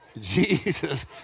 Jesus